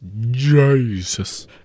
Jesus